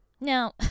Now